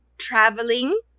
traveling